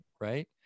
right